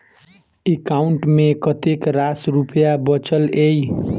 account मे कतेक रास रुपया बचल एई